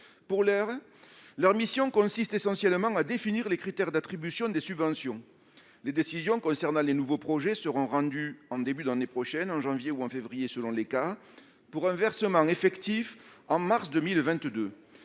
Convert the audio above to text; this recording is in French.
Pour l'heure, leur mission consiste essentiellement à définir les critères d'attribution des subventions. Les décisions concernant les nouveaux projets seront rendues en début d'année prochaine, en janvier ou en février selon les cas, pour un versement effectif en mars 2022.